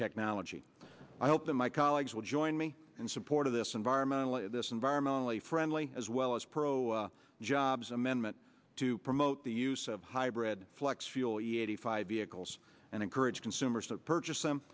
technology i hope that my colleagues will join me in support of this environmentally this environmentally friendly as well as pro jobs amendment to promote the use of hybrid flex fuel vehicles and encourage consumers to purchase them